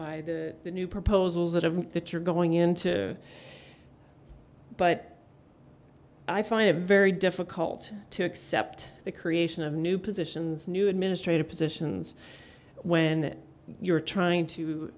by the new proposals that have that you're going into but i find it very difficult to accept the creation of new positions new administrative positions when you're trying to